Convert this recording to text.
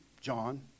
John